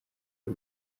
iyi